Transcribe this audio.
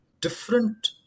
different